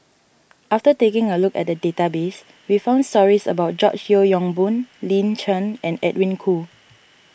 after taking a look at the database we found stories about George Yeo Yong Boon Lin Chen and Edwin Koo